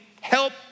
help